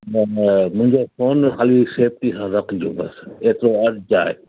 न न मुंहिंजो सोन ख़ाली सेफ़्टी सां रखिजो बसि एतिरो अर्ज़ु आहे